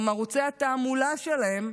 גם ערוצי התעמולה שלהם,